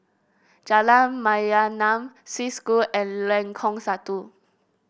Jalan Mayaanam Swiss School and Lengkong Satu